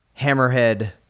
Hammerhead